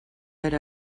per